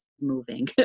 moving